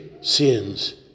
sins